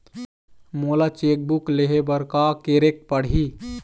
मोला check book लेहे बर का केरेक पढ़ही?